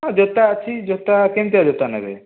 ହଁ ଜୋତା ଅଛି ଜୋତା କେମିତିକା ଜୋତା ନେବେ